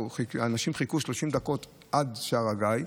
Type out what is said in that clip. אנשים חיכו 30 דקות עד שער הגיא,